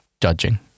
judging